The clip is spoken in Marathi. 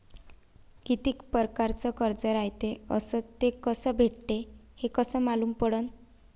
कितीक परकारचं कर्ज रायते अस ते कस भेटते, हे कस मालूम पडनं?